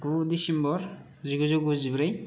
गु डिसेम्बर जिगुजौ गुजिब्रै